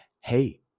Hey